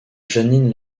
janine